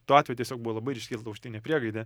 tuo atveju tiesiog buvo labai ryški ir laužtinė priegaidė